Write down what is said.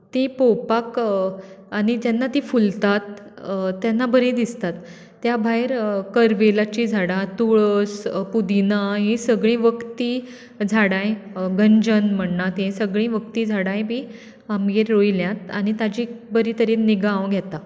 ती पोवपाक आनी जेन्ना ती फुलतात तेन्ना बरी दिसतात त्या भायर करवीलाची झाडां तुळस पुदीना हि सगळीं वखदी झाडांय गंजन म्हणना ती सगळीं वखदी झाडांय बी आमगेर रोंयल्यात आनी ताची बरे तरेन निगा हांव घेता